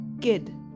kid